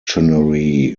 generally